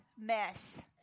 mess